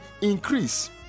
increase